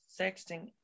sexting